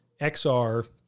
XR